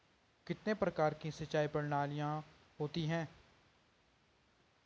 कितने प्रकार की सिंचाई प्रणालियों होती हैं?